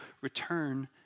return